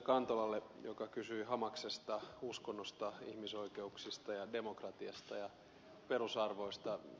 kantolalle joka kysyi hamasista uskonnosta ihmisoikeuksista ja demokratiasta ja perusarvoista